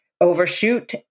overshoot